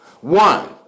One